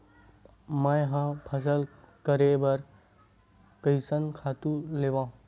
मैं ह फसल करे बर कइसन खातु लेवां?